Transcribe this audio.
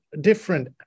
different